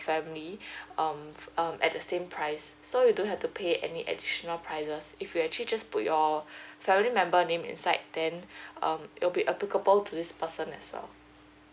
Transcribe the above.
family um um at the same price so you don't have to pay any additional prices if you actually just put your family member name inside then um it'll be applicable to this person as well